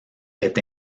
est